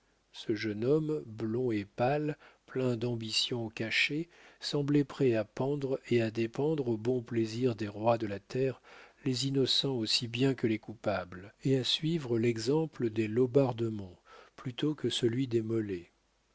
ce jeune homme blond et pâle plein d'ambition cachée semblait prêt à pendre et à dépendre au bon plaisir des rois de la terre les innocents aussi bien que les coupables et à suivre l'exemple des laubardemont plutôt que celui des